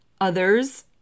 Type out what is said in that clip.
others